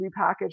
repackaged